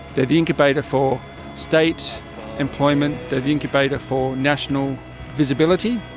they are the incubator for state employment, they are the incubator for national visibility,